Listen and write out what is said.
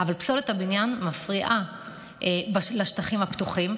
אבל פסולת הבניין מפריעה לשטחים הפתוחים.